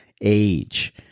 age